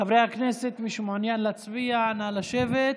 חברי הכנסת, מי שמעוניין להצביע, נא לשבת.